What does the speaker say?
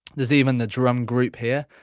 there's even the drum group here.